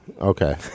okay